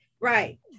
Right